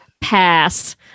pass